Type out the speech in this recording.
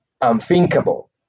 unthinkable